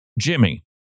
Jimmy